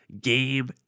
game